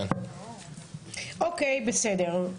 אוקי, בסדר.